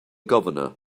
governor